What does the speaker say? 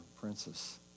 princess